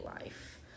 life